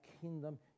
kingdom